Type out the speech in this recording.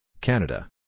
Canada